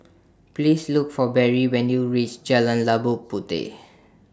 Please Look For Berry when YOU REACH Jalan Labu Puteh